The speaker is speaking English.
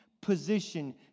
position